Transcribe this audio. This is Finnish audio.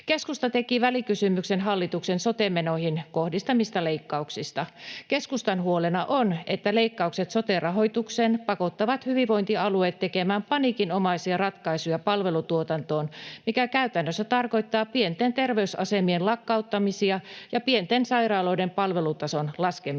Keskusta teki välikysymyksen hallituksen sote-menoihin kohdistamista leikkauksista. Keskustan huolena on, että leikkaukset sote-rahoitukseen pakottavat hyvinvointialueet tekemään paniikinomaisia ratkaisuja palvelutuotantoon, mikä käytännössä tarkoittaa pienten terveysasemien lakkauttamisia ja pienten sairaaloiden palvelutason laskemista.